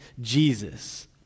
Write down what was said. Jesus